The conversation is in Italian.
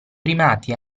primati